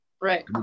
Right